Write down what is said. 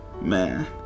Man